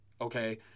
Okay